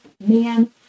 man